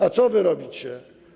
A co wy robicie?